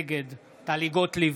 נגד טלי גוטליב,